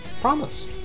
Promise